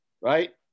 right